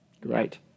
Great